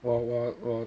我我我